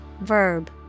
Verb